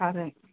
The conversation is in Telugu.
సరే